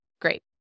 Great